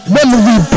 Memory